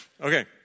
Okay